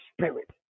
spirit